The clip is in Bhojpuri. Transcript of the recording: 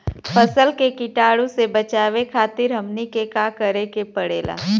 फसल के कीटाणु से बचावे खातिर हमनी के का करे के पड़ेला?